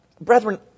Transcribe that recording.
brethren